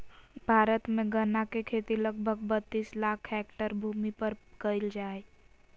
भारत में गन्ना के खेती लगभग बत्तीस लाख हैक्टर भूमि पर कइल जा हइ